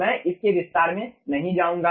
मैं इस के विस्तार में नहीं जाऊंगा